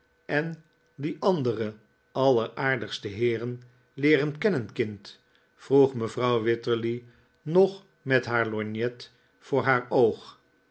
en die andere alleraardigste heeren leeren kennen kind vroeg mevrouw wititterly nog met haar lorgnet voor haar oog